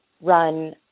run